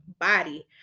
body